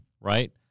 right